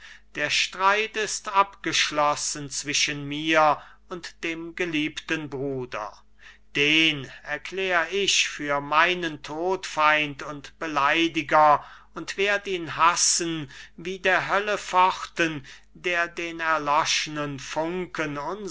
der streit ist abgeschlossen zwischen mir und dem geliebten bruder den erklär ich für meinen todfeind und beleidiger und werd ihn hassen wie der hölle pforten der den erloschnen funken